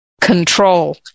control